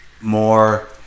more